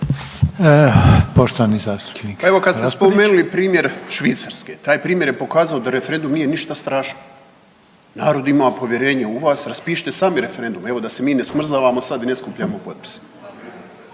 Nino (Nezavisni)** Pa evo kad ste spomenuli primjer Švicarske taj primjer je pokazao da referendum nije ništa strašno. Narod ima povjerenje u vas, raspišite sami referendum, evo da se mi ne smrzavamo sad i ne skupljamo potpise.